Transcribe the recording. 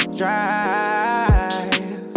drive